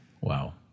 Wow